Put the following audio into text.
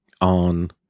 on